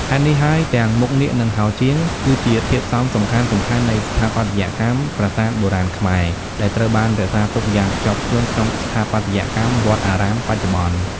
ហេតុនេះហើយ ទាំងមុខនាគ និងហោជាង គឺជាធាតុផ្សំសំខាន់ៗនៃស្ថាបត្យកម្មប្រាសាទបុរាណខ្មែរ ដែលត្រូវបានរក្សាទុកយ៉ាងខ្ជាប់ខ្ជួនក្នុងស្ថាបត្យកម្មវត្តអារាមបច្ចុប្បន្ន។